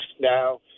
now